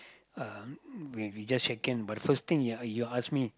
uh maybe just shake hands but first thing he uh he asked me